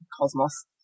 cosmos